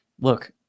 look